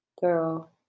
Girl